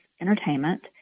entertainment